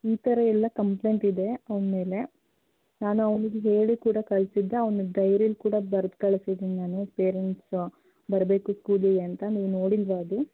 ಈ ಥರ ಎಲ್ಲ ಕಂಪ್ಲೆಂಟ್ ಇದೆ ಅವನ ಮೇಲೆ ನಾನು ಅವನಿಗೆ ಹೇಳಿ ಕೂಡ ಕಳ್ಸಿದ್ದೆ ಅವನ ಡೈರಿಯಲ್ಲಿ ಕೂಡ ಬರೆದು ಕಳ್ಸಿದೀನಿ ನಾನು ಪೇರೆಂಟ್ಸ್ ಬರಬೇಕು ಸ್ಕೂಲಿಗೆ ಅಂತ ನೀವು ನೋಡಿಲ್ವಾ ಅದು